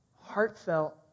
Heartfelt